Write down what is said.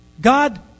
God